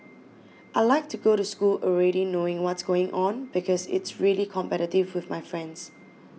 I like to go to school already knowing what's going on because it's really competitive with my friends